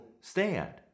stand